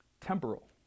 Temporal